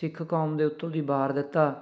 ਸਿੱਖ ਕੌਮ ਦੇ ਉਤੋਂ ਦੀ ਵਾਰ ਦਿੱਤਾ